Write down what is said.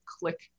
click